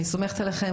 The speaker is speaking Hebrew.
אני סומכת עליכם,